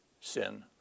sin